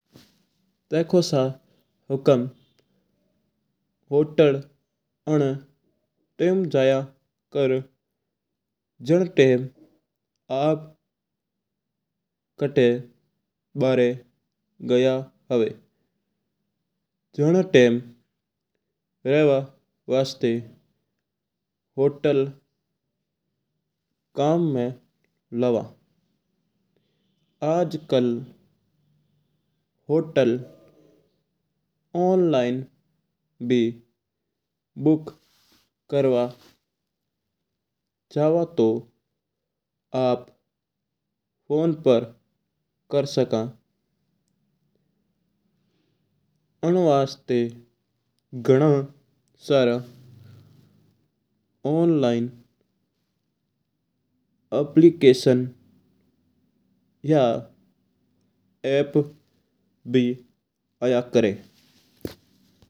देखो सा हुकम होटल उन टाइम जाया कर उन टाइम जाना आप कता ही बारे गया हुआ। जन टाइम होटल रेव वास्ता कम्म में लेवा। आज कल होटल ऑनलाइन भी बुक करवा चाव। तौ आप फोन पर कर सक उन वास्ता घणा सारा ऑनलाइन एप्लिकेशन और ऐप भी आया करा है।